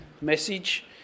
message